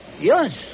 Yes